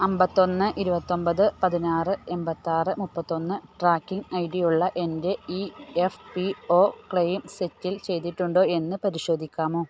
അമ്പത്തൊന്ന് ഇരുപത്തൊമ്പത് പതിനാറ് എമ്പത്താറ് മുപ്പത്തൊന്ന് ട്രാക്കിംഗ് ഐ ടിയുള്ള എൻ്റെ E F P O claim settle ചെയ്തിട്ടുണ്ടോ എന്ന് പരിശോധിക്കാമോ